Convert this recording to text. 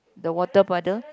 the water puddle